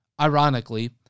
ironically